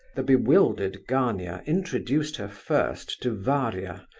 the bewildered gania introduced her first to varia,